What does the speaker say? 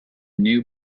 new